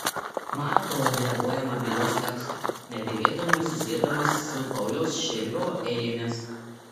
mato repuojamą bylos tekstą netikėtai susiedamas su pauliaus širvio eilėmis